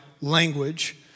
language